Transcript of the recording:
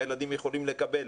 הילדים יכולים לקבל